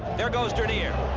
there goes dernier.